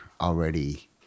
already